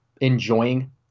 enjoying